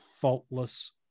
faultless